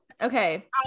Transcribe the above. Okay